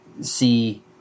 see